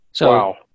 Wow